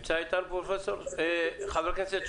אי-אפשר לייצר